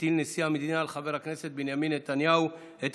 הטיל נשיא המדינה על חבר הכנסת בנימין נתניהו את